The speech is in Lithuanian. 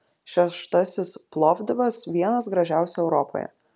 šeštasis plovdivas vienas gražiausių europoje